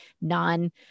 non